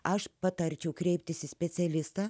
aš patarčiau kreiptis į specialistą